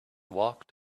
walked